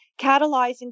catalyzing